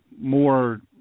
more